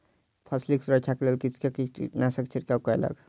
फसिलक सुरक्षाक लेल कृषक कीटनाशकक छिड़काव कयलक